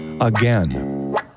again